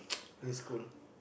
in school